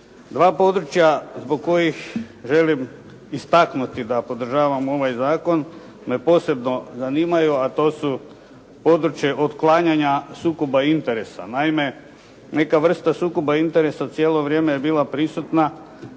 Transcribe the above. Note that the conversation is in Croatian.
Dva područja zbog kojih želim istaknuti da podržavam ovaj zakon me posebno zanimaju, a to su područje otklanjanja sukoba interesa. Naime neka vrsta sukoba interesa cijelo vrijeme je bila prisutna